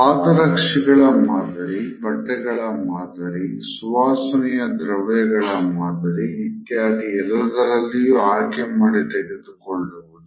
ಪಾದರಕ್ಷೆಗಳ ಮಾದರಿ ಬಟ್ಟೆಗಳ ಮಾದರಿ ಸುವಾಸನೆಯ ದ್ರವ್ಯಗಳ ಮಾದರಿ ಇತ್ಯಾದಿ ಎಲ್ಲದರಲ್ಲೂ ಆಯ್ಕೆಮಾಡಿ ತೆಗೆದುಕೊಳ್ಳುವುದು